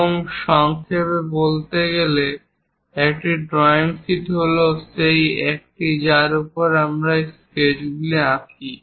এবং সংক্ষেপে বলতে গেলে একটি ড্রয়িং শীট হল সেই একটি যার উপর আমরা এই স্কেচগুলি আঁকি